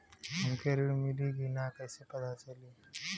हमके ऋण मिली कि ना कैसे पता चली?